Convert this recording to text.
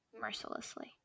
mercilessly